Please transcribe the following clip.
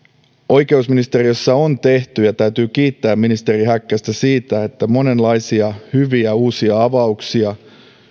oikeusministeriössä on tehty ja täytyy kiittää ministeri häkkästä siitä monenlaisia hyviä uusia avauksia